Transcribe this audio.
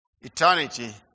Eternity